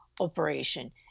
operation